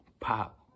Pop